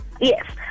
Yes